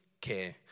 care